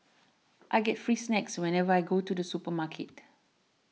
I get free snacks whenever I go to the supermarket